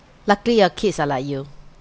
luckily your kids are like you